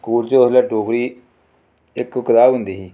school च ओल्लै डोगरी इक कताब होंदी ही